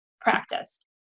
practiced